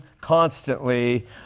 constantly